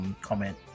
comment